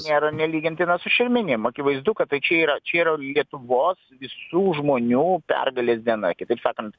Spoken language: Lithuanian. nėra nelygintina su šermenim akivaizdu kad tai čia yra čia yra lietuvos visų žmonių pergalės diena kitaip sakant